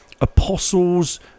apostles